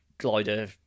Glider